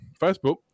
facebook